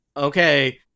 Okay